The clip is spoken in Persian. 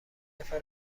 نفر